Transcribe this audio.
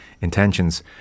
intentions